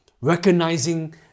recognizing